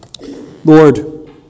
Lord